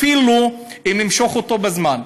אפילו אם נמשוך אותו בזמן.